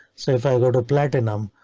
so if i go to platinum,